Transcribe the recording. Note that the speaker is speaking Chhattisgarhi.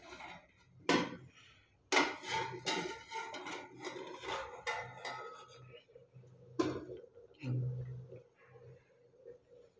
बेंक म जेन खाता खोले जाथे तेन म के पइसा ल ऑनलाईन दूसर खाता म भेजे जा सकथे मनखे ह